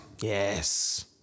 Yes